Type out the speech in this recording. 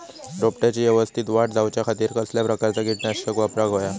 रोपट्याची यवस्तित वाढ जाऊच्या खातीर कसल्या प्रकारचा किटकनाशक वापराक होया?